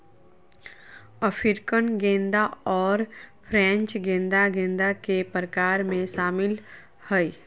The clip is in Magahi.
अफ्रीकन गेंदा और फ्रेंच गेंदा गेंदा के प्रकार में शामिल हइ